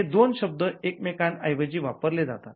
हे दोन शब्द एकमेकांच्या ऐवजी वापरले जातात